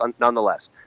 nonetheless